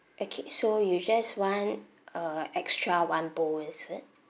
okay so you just want uh extra one bowl is it